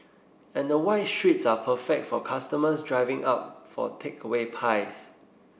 and the wide streets are perfect for customers driving up for takeaway pies